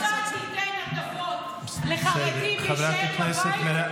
אם אתה תיתן הטבות לחרדים להישאר בבית,